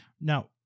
Now